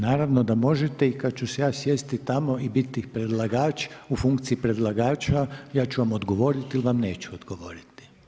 Naravno da možete i kada ću se ja sjesti tamo i biti predlagač, u funkciji predlagača ja ću vam odgovoriti ili vam neću odgovoriti.